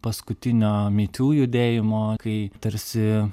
paskutinio my tiu judėjimo kai tarsi